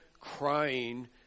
crying